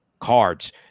cards